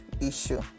issue